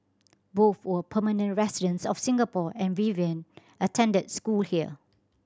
both were permanent residents of Singapore and Vivian attended school here